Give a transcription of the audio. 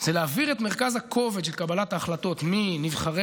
זה להעביר את מרכז הכובד של קבלת ההחלטות מנבחרי